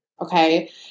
Okay